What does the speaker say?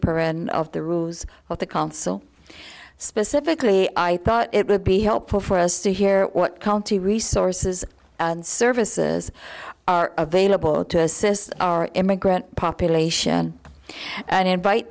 of the rules of the consul specifically i thought it would be helpful for us to hear what county resources and services are available to assist our immigrant population and invite